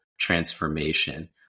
transformation